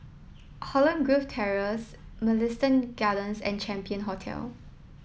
Holland Grove Terrace Mugliston Gardens and Champion Hotel